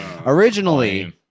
originally